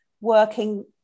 working